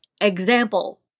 example